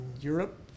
Europe